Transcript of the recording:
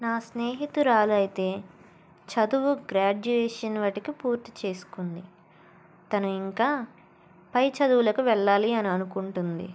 నా స్నేహితురాాలైతే చదువు గ్రాడ్యుయేషన్ వరకు పూర్తి చేసుకుంది తను ఇంకా పై చదువులకు వెళ్ళాలి అని అనుకుంటుంది